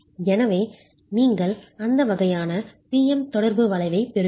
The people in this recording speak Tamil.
எனவே நீங்கள் அந்த வகையான P M தொடர்பு வளைவைப் பெறுவீர்கள்